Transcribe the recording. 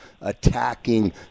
attacking